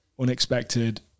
unexpected